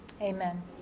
Amen